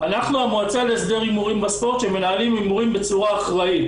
אנחנו המועצה להסדר הימורים בספורט שמנהלים הימורים בצורה אחראית.